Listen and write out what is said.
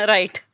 Right